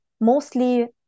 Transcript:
mostly